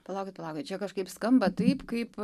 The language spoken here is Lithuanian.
palaukit palaukit čia kažkaip skamba taip kaip